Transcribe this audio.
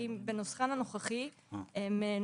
בנוסחן הנוכחי הן